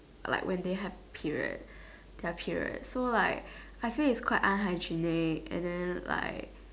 like when they have period their period so like I feel is quite unhygienic and then like